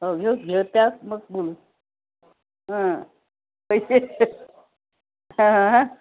हो घऊ घेऊ त्यात मग ब ह पैसे हा